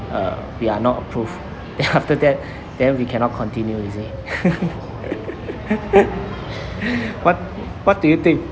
uh we are not approve then after that then we cannot continue you see what what do you think